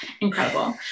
incredible